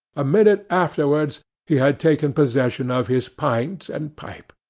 a minute afterwards he had taken possession of his pint and pipe.